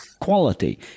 quality